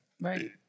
Right